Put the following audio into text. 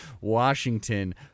Washington